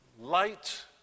light